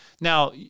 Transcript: Now